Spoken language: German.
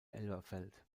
elberfeld